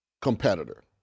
competitor